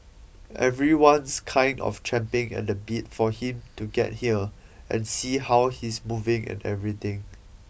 everyone's kind of champing at the bit for him to get here and see how he's moving and everything